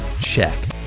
check